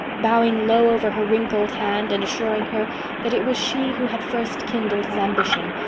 bowing low over her wrinkled hand and assuring her that it was she who had first kindled his ambition,